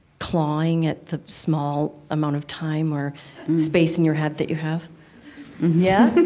clawing at the small amount of time or space in your head that you have yeah